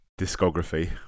discography